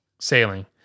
Sailing